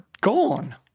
gone